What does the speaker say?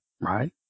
Right